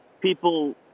People